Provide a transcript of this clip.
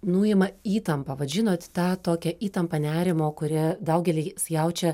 nuima įtampą vat žinot tą tokią įtampą nerimo kurią daugelis jaučia